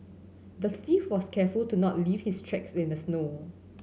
the thief was careful to not leave his tracks in the snow